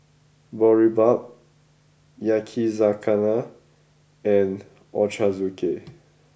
Boribap Yakizakana and Ochazuke